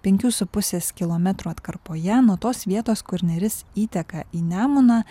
penkių su pusės kilometrų atkarpoje nuo tos vietos kur neris įteka į nemuną